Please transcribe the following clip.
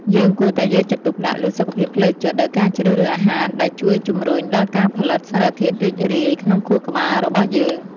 យើងគួរតែយកចិត្តទុកដាក់លើសុខភាពផ្លូវចិត្តដោយការជ្រើសរើសអាហារដែលជួយជម្រុញដល់ការផលិតសារធាតុរីករាយ ក្នុងខួរក្បាលរបស់យើង។